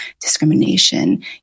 discrimination